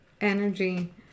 Energy